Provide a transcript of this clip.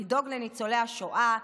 לדאוג לניצולי השואה,